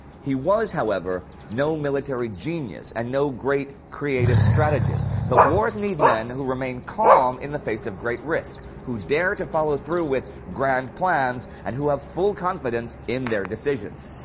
he was, however, no military genius and no great creative strategist, but wars need men who remain calm in the face of great risk, who dare to follow through with grand plans, and who have full confidence in their decisions.